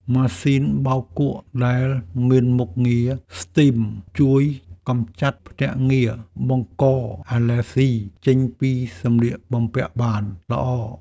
ម៉ាស៊ីនបោកគក់ដែលមានមុខងារស្ទីមជួយកម្ចាត់ភ្នាក់ងារបង្កអាឡែហ្ស៊ីចេញពីសម្លៀកបំពាក់បានល្អ។